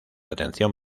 atención